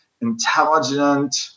intelligent